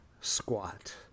squat